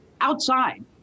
outside